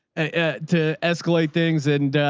and ah, to escalate things. and, ah,